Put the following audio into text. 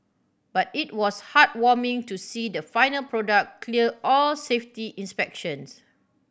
but it was heartwarming to see the final product clear all safety inspections